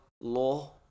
law